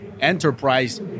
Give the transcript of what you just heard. Enterprise